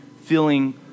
feeling